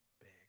big